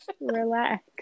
relax